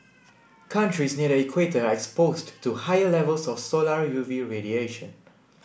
countries near the equator are exposed to higher levels of solar U V radiation